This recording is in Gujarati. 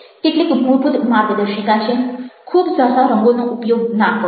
કેટલીક મૂળભૂત માર્ગદર્શિકા છે ખૂબ ઝાઝા રંગોનો ઉપયોગ ના કરો